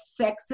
sexist